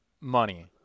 money